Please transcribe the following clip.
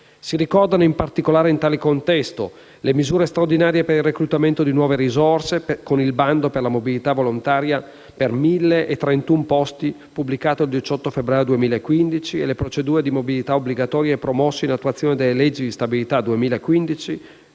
Si ricordano in particolare in tale contesto le misure straordinarie per il reclutamento di nuove risorse, con il bando per mobilità volontaria per 1.031 posti pubblicato il 18 febbraio 2015, e le procedure di mobilità obbligatoria promosse in attuazione delle leggi di stabilità per